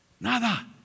Nada